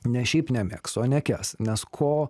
ne šiaip nemėgs o nekęs nes ko